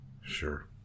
Sure